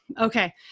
Okay